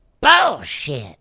bullshit